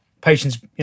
patients